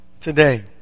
today